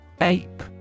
Ape